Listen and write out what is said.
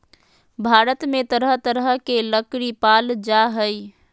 भारत में तरह तरह के लकरी पाल जा हइ